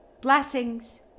Blessings